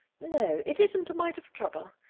no, it isn't a mite of trouble.